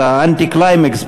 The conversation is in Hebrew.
את ה-anticlimax,